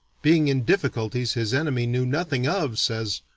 being in difficulties his enemy knew nothing of, says,